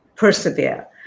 persevere